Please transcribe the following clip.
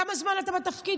כמה זמן אתה בתפקיד?